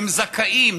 הם זכאים,